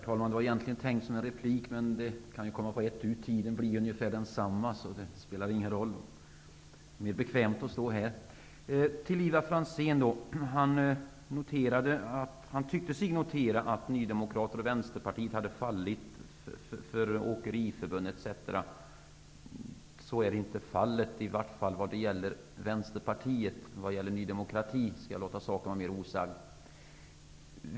Herr talman! Ivar Franzén tyckte sig notera att Åkeriförbundet. Så är inte fallet, i varje fall när det gäller Vänsterpartiet. Hur det är med Ny demokrati skall jag låta vara osagt.